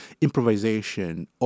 improvisation